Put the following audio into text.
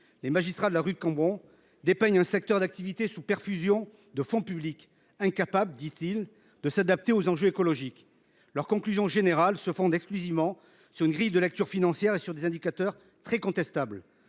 Les magistrats de la rue Cambon dépeignent un secteur d’activité sous perfusion de fonds publics, « incapable » de s’adapter aux enjeux écologiques. Leur conclusion générale se fonde exclusivement sur une grille de lecture financière et sur des indicateurs très contestables.